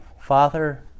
Father